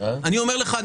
אני אומר לך,